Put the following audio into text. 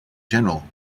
general